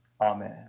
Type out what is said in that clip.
Amen